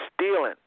stealing